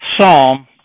psalm